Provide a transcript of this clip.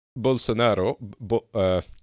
Bolsonaro